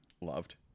loved